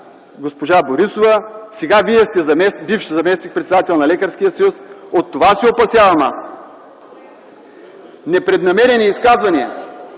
госпожа Борисова, сега Вие сте бивш заместник-председател на Лекарския съюз. От това се опасявам аз. Непреднамерено изказвания....